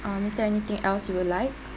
um is there anything else you would like